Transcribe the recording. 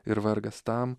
ir vargas tam